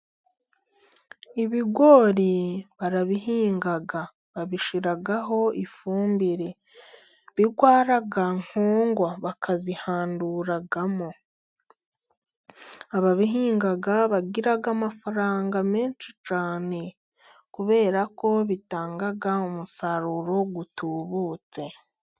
Ibigori barabihinga, babishyiraho ifumbire birwa nkongwa bakazihanduramo. Ababihinga bagira amafaranga menshi cyane, kubera ko bitanga umusaruro utubutse.